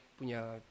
punya